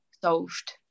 solved